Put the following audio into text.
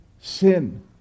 sin